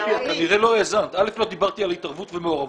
א', לא דיברתי על התערבות ומעורבות.